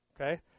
okay